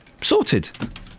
Sorted